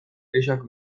kexak